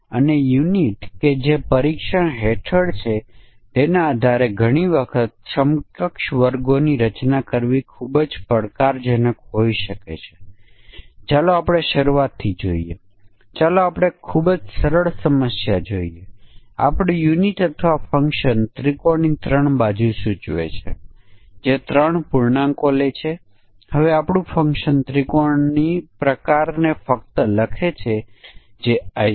તેથી s2 એ s1 ની પેટા શબ્દમાળા છે કે નહીં ફંકશનનું નામ substr પેટા શબ્દમાળા છે અને તે s1 અને s2 એમ બે પરિમાણો લે છે અને તે તપાસે છે કે s2 એ s1 ની પેટા શબ્દમાળા છે કે કેમ